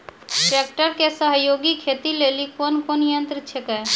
Tractor के सहयोगी खेती लेली कोन कोन यंत्र छेकै?